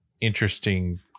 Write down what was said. interesting